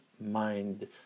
mind